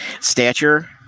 stature